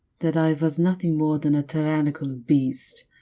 that i was nothing more than a tyrannical beast.